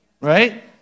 right